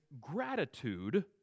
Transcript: gratitude